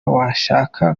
washaka